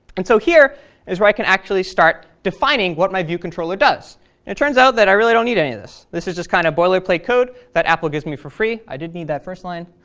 and so here is where i can actually start defining what my view controller does, and it turns out that i really don't need any of this. this is kind of boilerplate code that apple gives me for free. i did need that first line,